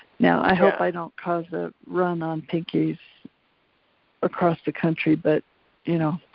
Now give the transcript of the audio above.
now, i hope i don't cause a run on pinkies across the country, but you know.